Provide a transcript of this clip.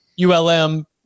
ULM